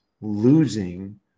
losing